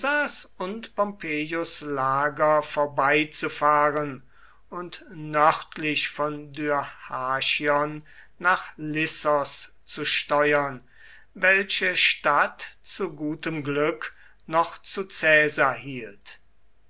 und pompeius lager vorbeizufahren und nördlich von dyrrhachion nach lissos zu steuern welche stadt zu gutem glück noch zu caesar hielt